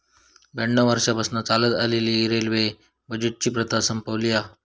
ब्याण्णव वर्षांपासना चालत इलेली रेल्वे बजेटची प्रथा संपवली हा